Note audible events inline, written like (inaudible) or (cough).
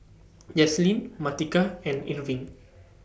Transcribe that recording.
(noise) Jaslyn Martika and Irving